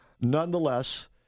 Nonetheless